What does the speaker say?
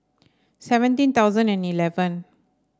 seventeen thousand and eleven